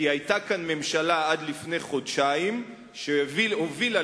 כי עד לפני חודשיים היתה כאן ממשלה שהובילה